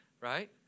right